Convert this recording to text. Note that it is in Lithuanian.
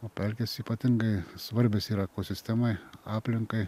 o pelkės ypatingai svarbios yra ekosistemai aplinkai